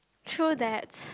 true that